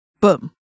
Boom